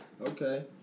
Okay